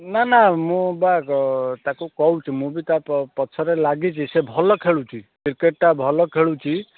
ନା ନା ମୁଁ ବା ତାକୁ କହୁଛି ମୁଁ ବି ତା' ପଛରେ ଲାଗିଛି ସେ ଭଲ ଖେଳୁଛି କ୍ରିକେଟଟା ଭଲ ଖେଳୁଛି